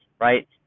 right